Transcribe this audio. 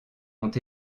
ont